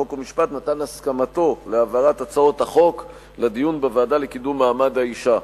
חוק ומשפט נתן הסכמתו להעברת הצעות החוק לדיון בוועדה לקידום מעמד האשה.